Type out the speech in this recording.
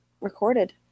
recorded